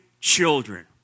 children